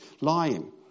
lying